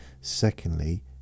Secondly